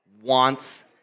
wants